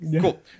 cool